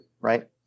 right